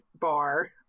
bar